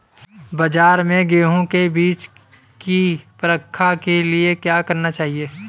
बाज़ार में गेहूँ के बीज की परख के लिए क्या करना चाहिए?